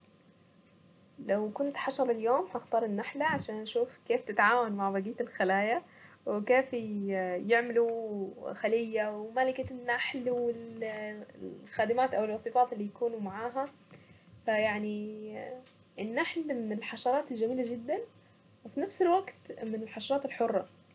لو كنت حشرة اليوم هختار النحلة عشان اشوف كيف تتعاون مع بقية الخلايا، وكيف يعملوا خلية وملكة النحل والخادمات او الوصيفات اللي يكونوا معاها، فيعني النحل من الحشرات الجميلة جدا وفي نفس الوقت من الحشرات الحرة.